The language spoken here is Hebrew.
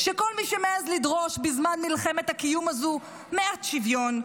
שכל מי שמעז לדרוש בזמן מלחמת הקיום הזה מעט שוויון,